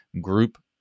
group